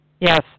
Yes